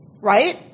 right